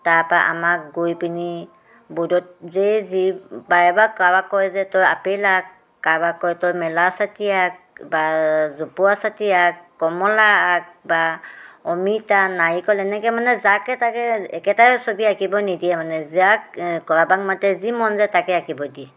তাৰপৰা আমাক গৈপেনি বৰ্ডত যেই যি পাৰে বা কাৰোবাক কয় যে তই আপেল আঁক কাৰোবাক কয় তই মেলা ছাতি আঁক বা জপোৱা ছাতি আঁক কমলা আঁক বা অমিতা নাৰিকল এনেকৈ মানে যাকে তাকে একেটাই ছবি আঁকিব নিদিয়ে মানে যাক কাৰোবাক মাতে যি মন যায় তাকে আঁকিব দিয়ে